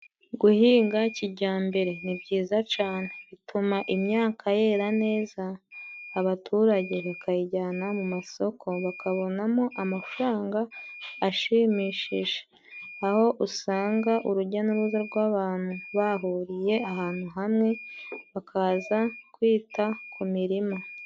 Guhinga kijyambere nibyiza cane bituma imyaka yera ne, za abaturage bakayijyana mu masoko bakabonamo amafaranga ashimishije, aho usanga urujya n'uruza rw'abantu bahuriye ahantu hamwe bakaza kwita ku mirima.